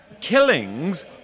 killings